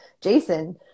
Jason